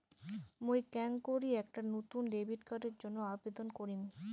মুই কেঙকরি একটা নতুন ডেবিট কার্ডের জন্য আবেদন করিম?